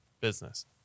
business